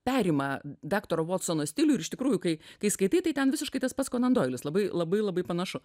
perima daktaro vatsono stilių ir iš tikrųjų kai kai skaitai tai ten visiškai tas pats konan doilis labai labai labai panašu